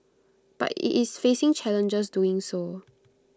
but IT is facing challenges doing so